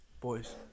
boys